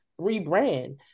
rebrand